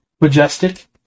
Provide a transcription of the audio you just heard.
majestic